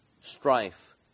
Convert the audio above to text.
strife